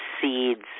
seeds